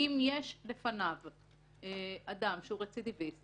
אם יש לפניו אדם שהוא רצידיוויסט,